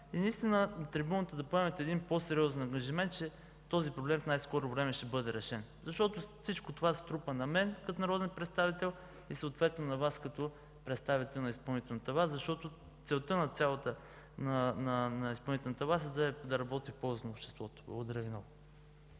и от трибуната да поемете един по-сериозен ангажимент, че този проблем в най-скоро време ще бъде решен. Защото всичко това се трупа на мен като народен представител и съответно на Вас като представител на изпълнителната власт, а целта на изпълнителната власт е да работи в полза на обществото.